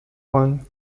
wollen